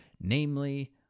Namely